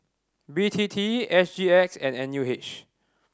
B T T S G X and N U H